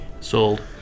Sold